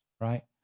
right